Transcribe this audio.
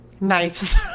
knives